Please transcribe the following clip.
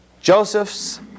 Joseph's